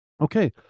okay